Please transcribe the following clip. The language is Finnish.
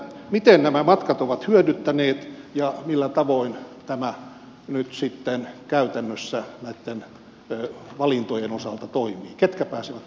miten nämä matkat ovat hyödyttäneet ja millä tavoin tämä nyt sitten käytännössä näitten valintojen osalta toimii ketkä pääsevät mukaan